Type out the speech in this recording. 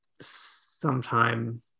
Sometime